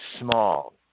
small